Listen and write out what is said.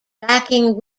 backing